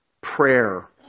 prayer